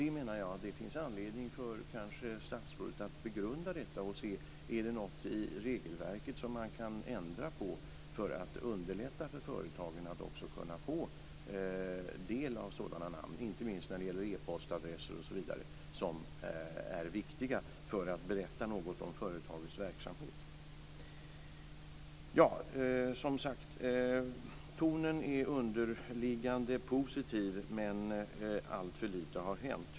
Jag menar att det finns anledning för statsrådet att begrunda detta och se efter om man kan ändra något i regelverket för att underlätta för företagen att få del av sådana namn. De kan inte minst när det gäller t.ex. e-postadresser vara viktiga för att berätta något om företagets verksamhet. Som sagt är den underliggande tonen positiv, men alltför lite har hänt.